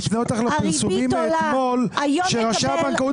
אני מפנה אותך לפרסומים מאתמול שראשי הבנקאות